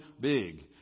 big